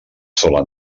sola